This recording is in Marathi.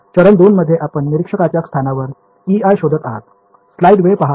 चरण 2 मध्ये आपण निरीक्षकांच्या स्थानावर Ei शोधत आहात